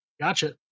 Gotcha